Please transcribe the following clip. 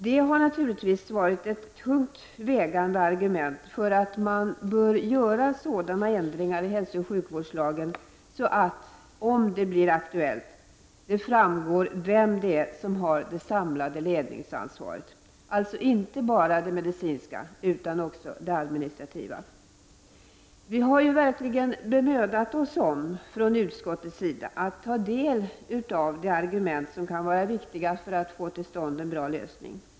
Det har naturligtvis varit ett tungt vägande argument för att man bör göra sådana ändringar i hälsooch sjukvårdslagen att det, om det blir aktuellt, framgår vem som har det samlade ledningsansvaret, alltså inte bara det medicinska utan också det administrativa. Vi har från utskottets sida verkligen bemödat oss om att ta till oss de argument som kan vara viktiga för att få till stånd en bra lösning.